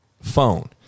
phone